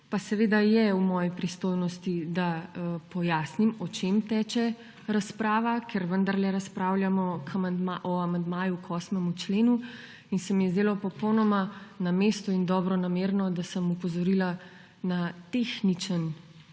pa seveda je v moji pristojnosti, da pojasnim, o čem teče razprava, ker vendarle razpravljamo o amandmaju k 8. členu. In se mi je zdelo popolnoma na mestu in dobronamerno, da sem opozorila na tehnični